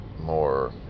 more